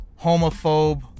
homophobe